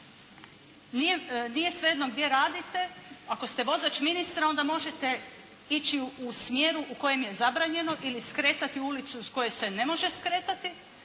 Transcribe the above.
nije svejedno gdje radite, ako ste vozač ministra onda možete ići u smjeru u kojem je zabranjeno ili skretati u ulicu s koje se ne može skretati,